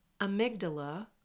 amygdala